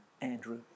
Andrew